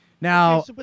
Now